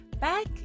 Back